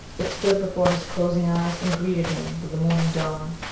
it stood before his closing eyes, and greeted him with the morning dawn.